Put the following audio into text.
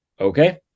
okay